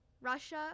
russia